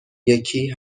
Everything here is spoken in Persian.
یکی